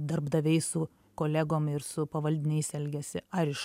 darbdaviai su kolegom ir su pavaldiniais elgiasi ar iš